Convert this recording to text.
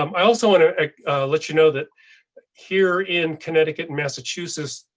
um i also want to let you know that here in connecticut, massachusetts,